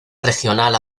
regional